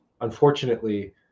unfortunately